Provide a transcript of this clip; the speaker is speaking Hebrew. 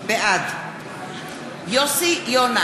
בעד יוסי יונה,